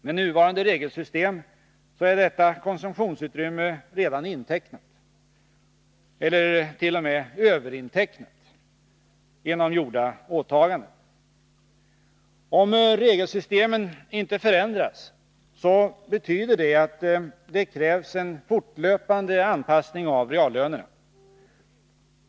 Med nuvarande regelsystem är detta konsumtionsutrymme redan intecknat, eller t.o.m. överintecknat, genom gjorda åtaganden. Om regelsystemen inte förändras betyder det att det krävs en fortlöpande anpassning av reallönerna.